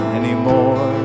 anymore